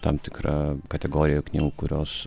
tam tikra kategorija knygų kurios